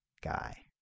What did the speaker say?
guy